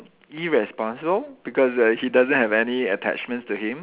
irresponsible because uh he doesn't have any attachments to him